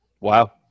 Wow